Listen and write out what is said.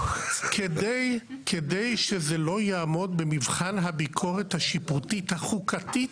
כדי שזה לא יעמוד במבחן הביקורת השיפוטית החוקתית,